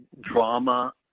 drama